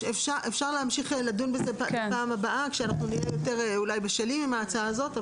אפשר להמשיך לדון בזה בפעם הבאה כשאנחנו נהיה יותר בשלים עם ההצעה הזאת.